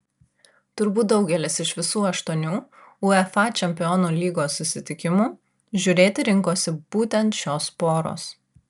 turbūt daugelis iš visų aštuonių uefa čempionų lygos susitikimų žiūrėti rinkosi būtent šios poros